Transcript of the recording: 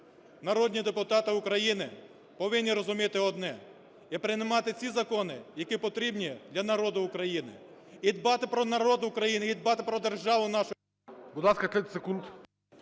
народні депутати України, повинні розуміти одне, і приймати ці закони, які потрібні для народу України. І дбати про народ України, і дбати про державу нашу…